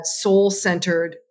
soul-centered